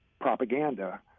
propaganda